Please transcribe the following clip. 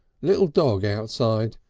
little dog outside.